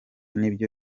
nibyo